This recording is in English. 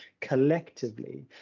collectively